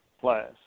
class